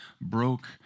broke